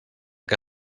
que